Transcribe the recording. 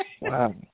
Wow